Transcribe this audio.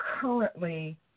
currently